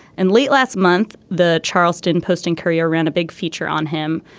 and late last month the charleston post and courier ran a big feature on him.